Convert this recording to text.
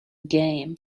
game